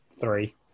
Three